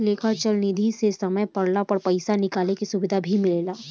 लेखा चल निधी मे समय पड़ला पर पइसा निकाले के सुविधा भी मिलेला